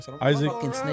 Isaac